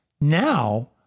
Now